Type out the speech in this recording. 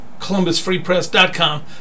columbusfreepress.com